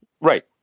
Right